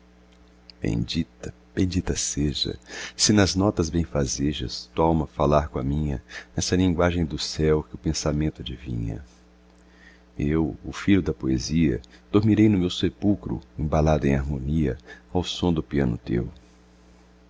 bendita bendita sejas se nas notas benfazejas tua alma falar coa minha nessa linguagem do céu que o pensamento adivinha eu o filho da poesia dormirei no meu sepulcro embalado em harmonia ao som do piano teu